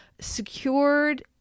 secured